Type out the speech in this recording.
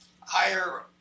higher